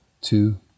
Two